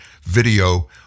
video